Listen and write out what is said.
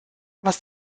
was